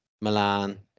Milan